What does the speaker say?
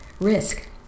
risk